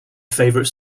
favorite